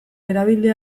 erabili